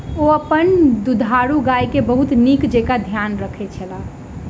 ओ अपन दुधारू गाय के बहुत नीक जेँका ध्यान रखै छला